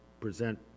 present